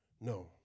No